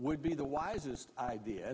would be the wisest idea